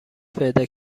پیدا